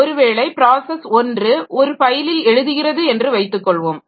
ஒருவேளை ப்ராஸஸ் 1 ஒரு ஃபைலில் எழுதுகிறது என்று வைத்துக்காெள்வோம்